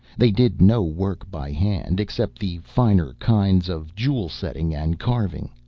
they did no work by hand, except the finer kinds of jewel setting and carving.